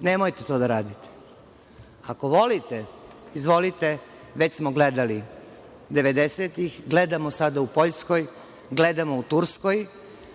nemojte to da radite. Ako volite, izvolite, već smo gledali 90-tih, gledamo sada u Poljskoj, gledamo u Turskoj,